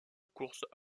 courses